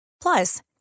Plus